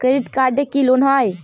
Credit কার্ডে কি loan হয়?